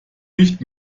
nicht